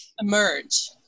emerge